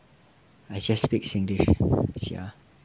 I just speak singlish sia